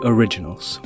Originals